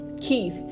Keith